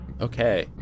Okay